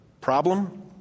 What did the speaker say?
problem